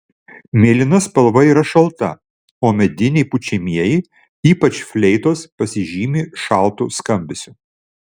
mėlyna spalva yra šalta o mediniai pučiamieji ypač fleitos pasižymi šaltu skambesiu